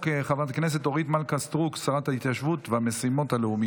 עברה בקריאה ראשונה ותועבר לוועדת העבודה והרווחה להמשך דיון.